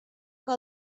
que